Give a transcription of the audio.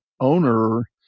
owner